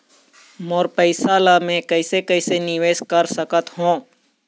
मोर पैसा ला मैं कैसे कैसे निवेश कर सकत हो?